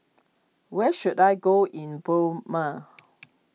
where should I go in Burma